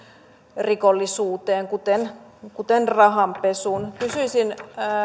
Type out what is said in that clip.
rikollisuuteen kuten kuten rahanpesuun kysyisin